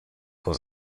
was